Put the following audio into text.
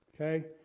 Okay